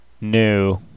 New